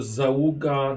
załuga